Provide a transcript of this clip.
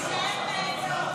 משלוח הודעה בדבר זכאות המבוטח),